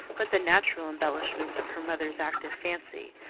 but the natural embellishments of her mother's active fancy,